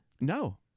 No